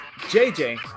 JJ